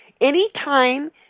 anytime